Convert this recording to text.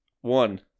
one